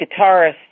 guitarist